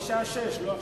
זה בשעה 18:00, לא עכשיו.